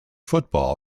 football